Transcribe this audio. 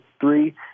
three